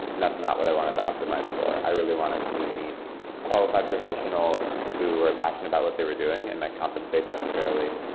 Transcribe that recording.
that's not what i wanted to optimize for i really wanted to meet qualified professionals who were passionate about what they were doing and i compensate them fairly.